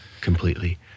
completely